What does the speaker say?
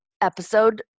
episode